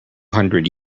hundred